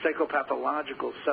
psychopathological